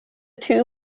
two